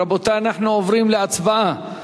רבותי, אנחנו עוברים להצבעה.